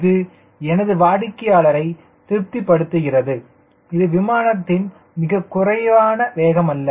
இது எனது வாடிக்கையாளரை திருப்திப்படுத்துகிறது இது விமானத்தின் மிக குறைவான வேகம் அல்ல